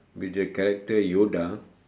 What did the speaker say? with the character yoda